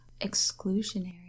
exclusionary